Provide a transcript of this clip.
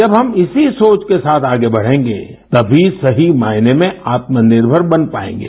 जब हम इसी सोच के साथ आगे बढ़ेंगे तभी सही मायने में आत्मनिर्भर बन पाएंगे